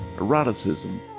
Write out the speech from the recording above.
eroticism